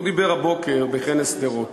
הוא דיבר הבוקר בכנס שדרות